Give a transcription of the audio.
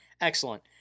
Excellent